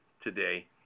today